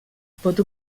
pot